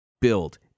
Build